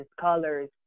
colors